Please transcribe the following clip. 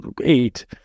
eight